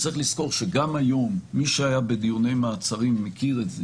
צריך לזכור שגם היום מי שהיה בדיוני מעצרים מכיר את זה